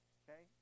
okay